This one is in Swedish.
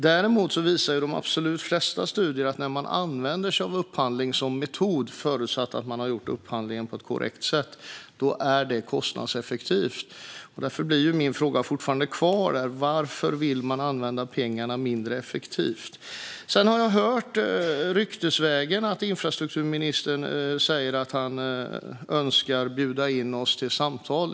Däremot visar de flesta studier att när man använder upphandling som metod, förutsatt att man har gjort den på ett korrekt sätt, är det kostnadseffektivt. Därför kvarstår min fråga: Varför vill man använda pengarna mindre effektivt? Sedan har jag ryktesvägen hört att infrastrukturministern önskar bjuda in oss till samtal.